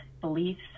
beliefs